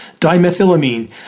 dimethylamine